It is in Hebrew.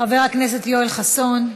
חבר הכנסת יואל חסון.